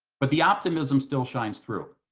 but the optimism still shines through.